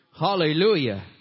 Hallelujah